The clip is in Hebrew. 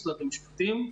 בפקולטה למשפטים.